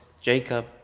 Jacob